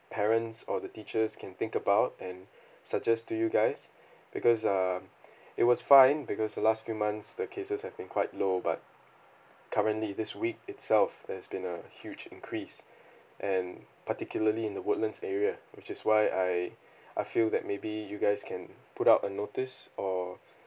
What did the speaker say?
parents or the teachers can think about and suggest to you guys because err it was fine because the last few months the cases have been quite low but currently this week itself there's been a huge increase and particularly in the woodlands area which is why I I feel that maybe you guys can put out a notice or